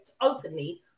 openly